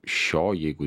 šio jeigu